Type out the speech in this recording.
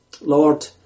Lord